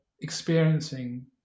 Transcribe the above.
experiencing